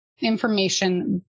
information